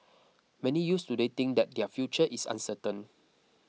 many youths today think that their future is uncertain